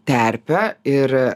terpe ir